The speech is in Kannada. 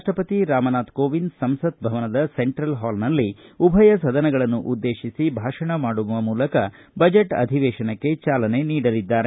ರಾಷ್ಷಪತಿ ರಾಮನಾಥ್ ಕೋವಿಂದ್ ಸಂಸತ ಭವನದ ಸೆಂಟ್ರಲ್ ಹಾಲ್ನಲ್ಲಿ ಉಭಯ ಸದನಗಳನ್ನು ಉದ್ದೇಶಿಸಿ ಭಾಷಣ ಮಾಡುವ ಮೂಲಕ ಬಜೆಟ್ ಅಧಿವೇಶನಕ್ಕೆ ಚಾಲನೆ ನೀಡಲಿದ್ದಾರೆ